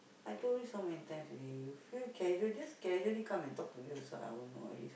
I told you so many times already you feel casual just causally come and talk to me also I won't all this